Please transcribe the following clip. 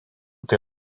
tai